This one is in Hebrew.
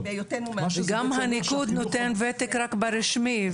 גם הניקוד נותן וותק רק ברשמי,